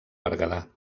berguedà